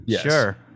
sure